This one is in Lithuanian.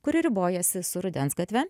kuri ribojasi su rudens gatve